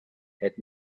had